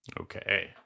Okay